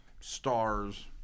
stars